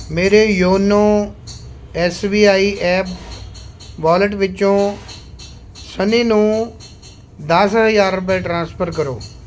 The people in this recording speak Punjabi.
ਮੇਰੇ YONO S B I app wallet ਵਿੱਚੋ ਸੰਨੀ ਨੂੰ ਦਸ ਹਜ਼ਾਰ ਰੁਪਏ ਟ੍ਰਾਂਸਫਰ ਕਰੋ